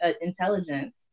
Intelligence